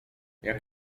jak